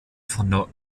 von